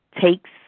takes